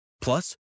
Plus